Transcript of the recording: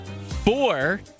Four